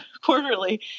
quarterly